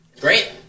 Great